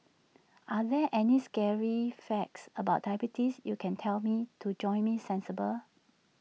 are there any scary facts about diabetes you can tell me to jolt me sensible